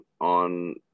on